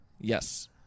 Yes